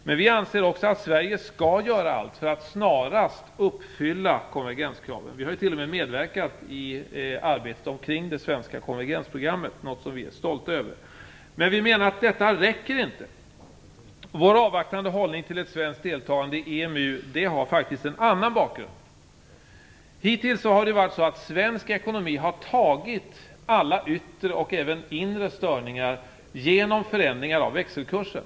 Men vi anser också att Sverige skall göra allt för att snarast uppfylla konvergenskraven. Vi har t.o.m. medverkat i arbetet kring det svenska konvergensprogrammet, något som vi är stolta över. Vi menar dock att detta inte räcker. Vår avvaktande hållning till ett svenskt deltagande i EMU har faktiskt en annan bakgrund. Hittills har svensk ekonomi tagit alla yttre och inre störningar genom förändringar av växelkursen.